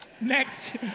Next